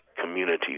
communities